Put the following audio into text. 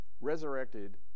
resurrected